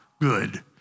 Good